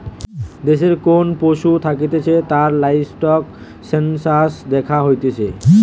দেশে কোন পশু থাকতিছে তার লাইভস্টক সেনসাস দ্যাখা হতিছে